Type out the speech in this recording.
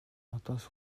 надаас